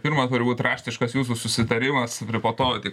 pirma turi būt raštiškas jūsų susitarimas ir po to jau tik